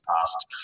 past